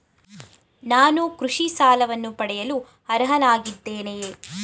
ನಾನು ಕೃಷಿ ಸಾಲವನ್ನು ಪಡೆಯಲು ಅರ್ಹನಾಗಿದ್ದೇನೆಯೇ?